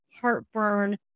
heartburn